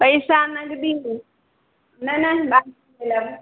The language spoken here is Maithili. पैसा नगदी नहि नहि नगदी लेबै